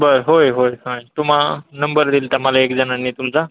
बर होय होय हाय तुमा णंबर दिला होता मला एकजणाने तुमचा